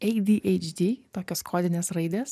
adhd tokios kodinės raidės